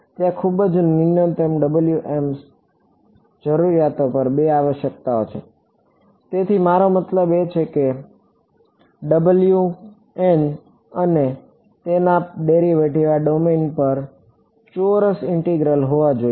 તેથી ત્યાં છે ખૂબ જ ન્યૂનતમ જરૂરિયાતો પર બે આવશ્યકતાઓ છે તેથી મારો મતલબ છે અને તેના ડેરિવેટિવ આ ડોમેન પર ચોરસ ઈન્ટિગરેબલ હોવા જોઈએ